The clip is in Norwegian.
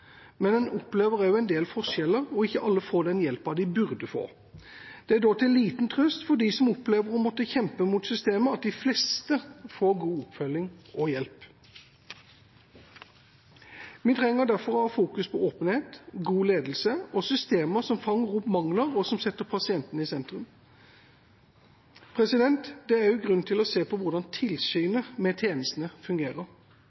men en opplever også en del forskjeller, og ikke alle får den hjelpen de burde få. Det er da til liten trøst for de som opplever å måtte kjempe mot systemet, at de fleste får god oppfølging og hjelp. Vi trenger derfor å fokusere på åpenhet, god ledelse og systemer som fanger opp mangler, og som setter pasientene i sentrum. Det er også grunn til å se på hvordan tilsynet med tjenestene fungerer.